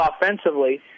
offensively